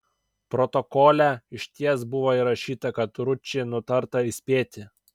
protokole išties buvo įrašyta kad ručį nutarta įspėti